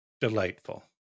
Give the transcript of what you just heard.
delightful